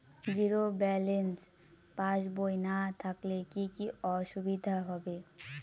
Zero balance পাসবই না থাকলে কি কী অসুবিধা হবে?